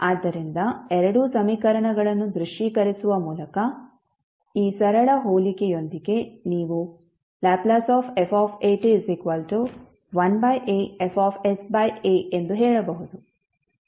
ಆದ್ದರಿಂದ ಎರಡೂ ಸಮೀಕರಣಗಳನ್ನು ದೃಶ್ಯೀಕರಿಸುವ ಮೂಲಕ ಈ ಸರಳ ಹೋಲಿಕೆಯೊಂದಿಗೆ ನೀವು Lf 1aFsa ಎಂದು ಹೇಳಬಹುದು